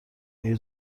مگه